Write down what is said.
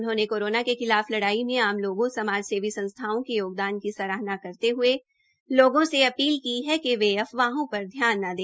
उन्होंने कोरोना के खिलाफ लड़ाई में आम लोगों समाज सेवी संस्थाओं के योगदान की सराहना करते हये लोगों से अपील की कि वे अफवाहों पर ध्यान न दे